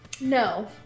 No